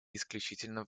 исключительно